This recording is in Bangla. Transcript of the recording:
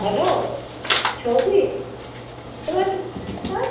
হ্যালো শৌভিক পাচ্ছিস কথা